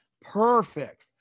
Perfect